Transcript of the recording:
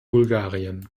bulgarien